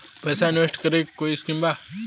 पैसा इंवेस्ट करे के कोई स्कीम बा?